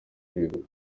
kwegura